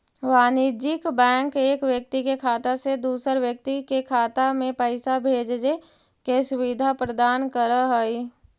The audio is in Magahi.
वाणिज्यिक बैंक एक व्यक्ति के खाता से दूसर व्यक्ति के खाता में पैइसा भेजजे के सुविधा प्रदान करऽ हइ